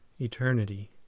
ETERNITY